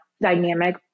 dynamic